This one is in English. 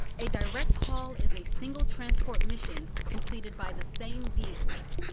a direct haul is a single transport mission completed by the same vehicles.